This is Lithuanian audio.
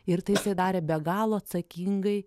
ir tai jisai darė be galo atsakingai